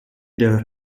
der